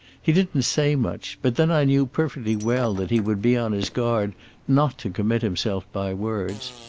he didn't say much, but then i knew perfectly well that he would be on his guard not to commit himself by words.